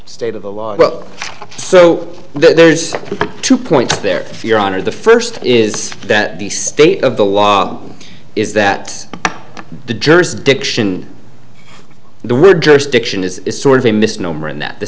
state of the law so there's two points there your honor the first is that the state of the law is that the jurisdiction of the word jurisdiction is sort of a misnomer in that the